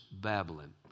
Babylon